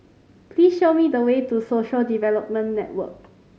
please show me the way to Social Development Network